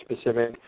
specific